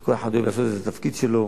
וכל אחד אוהב לעשות את התפקיד שלו,